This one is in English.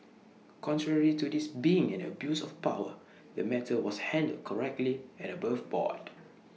contrary to this being an abuse of power the matter was handled correctly and above board